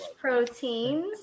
proteins